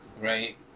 Right